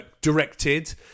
directed